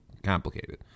complicated